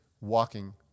walking